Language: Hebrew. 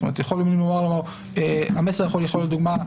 זאת אומרת המסר יכול לכלול לדוגמה,